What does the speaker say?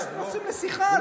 יש נושאים לשיחה.